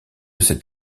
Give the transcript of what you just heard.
cet